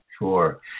sure